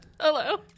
hello